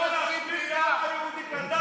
אתה יכול להשמיד את העם היהודי, את הדת היהודית.